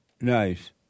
Nice